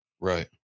Right